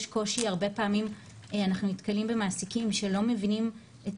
הרבה פעמים אנחנו נתקלים במעסיקים שלא מבינים את